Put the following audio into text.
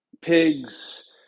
pigs